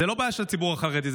זאת לא בעיה של הציבור החרדי,